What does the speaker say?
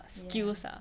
ya